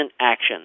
action